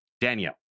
Danielle